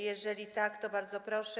Jeżeli tak, to bardzo proszę.